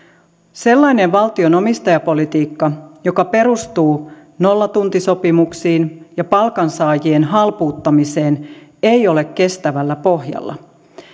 sellainen valtion omistajapolitiikka joka perustuu nollatuntisopimuksiin ja palkansaajien halpuuttamiseen ei ole kestävällä pohjalla